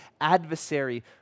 adversary